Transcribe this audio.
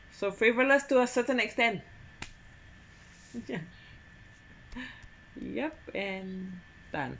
so frivolous to a certain extent yup and done